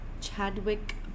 Chadwick